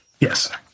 Yes